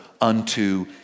unto